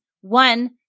One